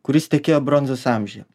kuris tekėjo bronzos amžiuje